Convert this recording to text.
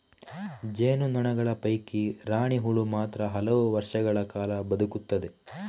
ಜೇನು ನೊಣಗಳ ಪೈಕಿ ರಾಣಿ ಹುಳು ಮಾತ್ರ ಹಲವು ವರ್ಷಗಳ ಕಾಲ ಬದುಕುತ್ತದೆ